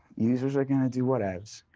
users are going to do whatevs.